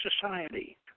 society